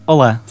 Olá